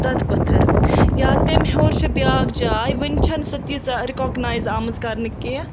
دۄد پٔتھٕر یا تمہِ ہیوٚر چھِ بیاکھ جاے وٕنہِ چھَنہٕ سۄ تیٖژاہ رِکَگنایز آمٕژ کَرنہٕ کیٚنٛہہ